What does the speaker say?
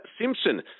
Simpson